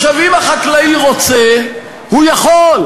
עכשיו, אם החקלאי רוצה, הוא יכול.